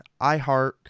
iHeart